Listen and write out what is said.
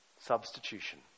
Substitution